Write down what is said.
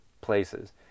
places